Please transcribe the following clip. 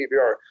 PBR